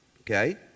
Okay